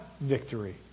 victory